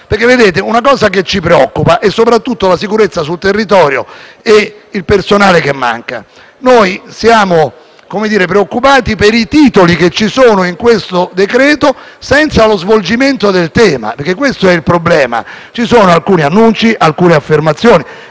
che porteremo avanti perché ci preoccupa soprattutto la sicurezza sul territorio e la mancanza di personale. Siamo preoccupati per i titoli che ci sono in questo decreto-legge, senza lo svolgimento del tema perché questo è il problema. Ci sono alcuni annunci, alcune affermazioni,